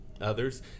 others